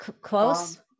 close